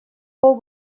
fou